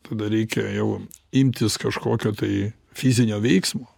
tada reikia jau imtis kažkokio tai fizinio veiksmo